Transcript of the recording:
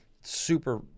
Super